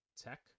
Tech